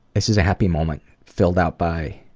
this is a happy moment filled out by